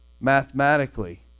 mathematically